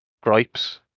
gripes